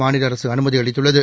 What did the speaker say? மாநில அரசு அனுமதி அளித்துள்ளது